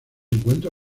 encuentra